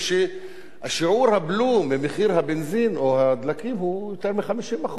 כששיעור הבלו ממחיר הבנזין או הדלקים הוא יותר מ-50%,